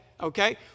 Okay